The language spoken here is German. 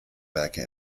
werke